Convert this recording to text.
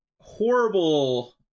horrible